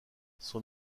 son